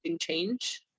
change